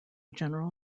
general